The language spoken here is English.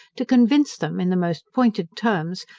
to convince them, in the most pointed terms,